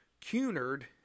Cunard